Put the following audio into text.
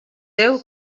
déu